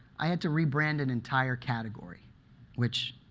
i had to rebrand an entire category which,